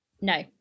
No